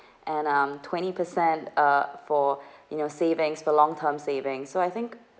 and um twenty percent uh for in your savings for long term savings so I think